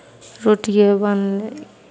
रोटिए बनलै